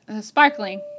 Sparkling